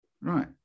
Right